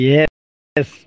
Yes